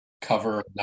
cover